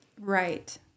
Right